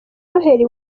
noheli